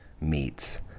meets